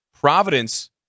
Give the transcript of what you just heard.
Providence